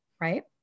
right